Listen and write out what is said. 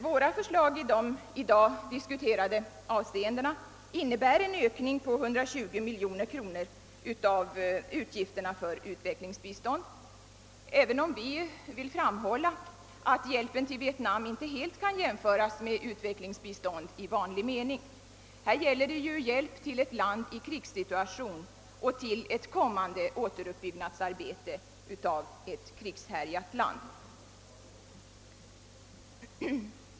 Våra förslag i de i dag diskuterade avseendena innebär en ökning med 120 miljoner kronor av utgifterna för utvecklingsbistånd, även om vi vill framhålla att hjälpen till Vietnam inte helt kan jämföras med utvecklingsbistånd i vanlig mening. Här gäller det ju hjälp till ett land i en krigssituation och till ett kommande återuppbyggnadsarbete i ett krigshärjat land.